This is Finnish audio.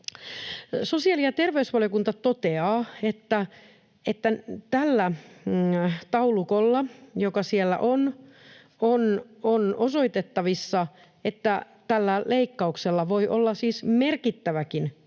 Sosiaali‑ ja terveysvaliokunta toteaa, että tällä taulukolla, joka siellä on, on osoitettavissa, että tällä leikkauksella voi olla siis merkittäväkin vaikutus